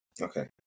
Okay